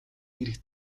ирэх